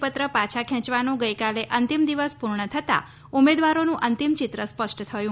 પત્ર પાછા ખેંચવાનો ગઈકાલે અંતિમ દિવસ પૂર્ણ થતા ઉમેદવારોનું અંતિમ ચિત્ર સ્પષ્ટ થયું